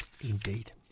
indeed